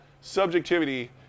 subjectivity